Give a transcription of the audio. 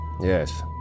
Yes